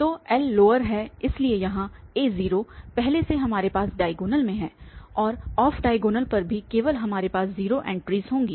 तो L lower है इसलिए यहाँ a 0 पहले से हमारे पास डायगोनल में है और ऑफ डायगोनल पर भी केवल हमारे पास 0 ऐंट्रीस होंगी